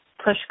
push